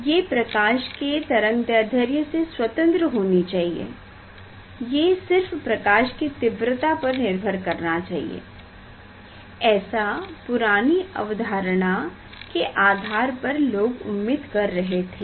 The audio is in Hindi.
ये प्रकाश के तरंगदैध्र्य से स्वतंत्र होनी चाहिए ये सिर्फ प्रकाश की तीव्रता पर निर्भर करना चाहिए ऐसा पुरानी अवधारणा के आधार पर लोग उम्मीद कर रहे थे